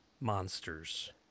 monsters